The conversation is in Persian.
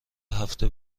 هفته